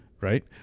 Right